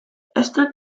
esther